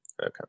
Okay